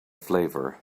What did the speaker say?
flavor